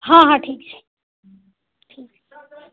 हँ हँ ठीक छै ठीक